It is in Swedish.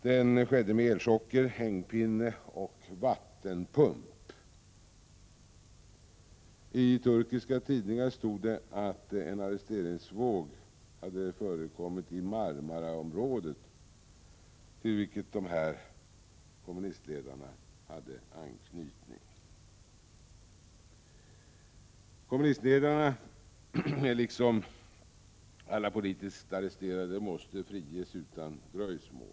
Den skedde med elchocker, hängpinne och vattenpump. I turkiska tidningar stod det att en arresteringsvåg hade förekommit i Marmaraområdet, till vilket dessa kommunistledare hade anknytning. Kommunistledarna, liksom alla politiskt arresterade, måste friges utan vidare dröjsmål.